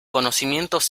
conocimientos